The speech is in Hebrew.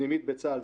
פנימית בצה"ל,